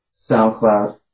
SoundCloud